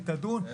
היא תדון,